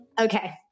Okay